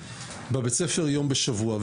יום בשבוע.